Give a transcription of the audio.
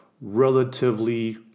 relatively